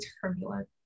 turbulent